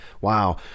Wow